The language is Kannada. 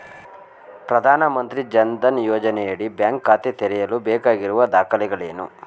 ಪ್ರಧಾನಮಂತ್ರಿ ಜನ್ ಧನ್ ಯೋಜನೆಯಡಿ ಬ್ಯಾಂಕ್ ಖಾತೆ ತೆರೆಯಲು ಬೇಕಾಗಿರುವ ದಾಖಲೆಗಳೇನು?